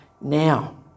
now